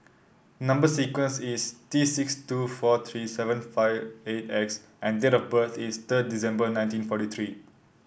number sequence is T six two four three seven five eight X and date of birth is third December nineteen forty three